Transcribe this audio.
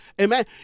amen